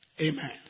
Amen